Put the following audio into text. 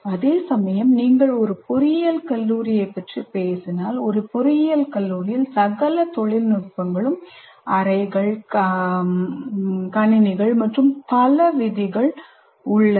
அதேசமயம் நீங்கள் ஒரு பொறியியல் கல்லூரியைப் பற்றி பேசினால் ஒரு பொறியியல் கல்லூரியில் சகல தொழில்நுட்பங்களும் அறைகள் கணினிகள் மற்றும் பல விதிகள் உள்ளன